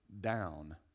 down